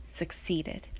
succeeded